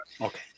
Okay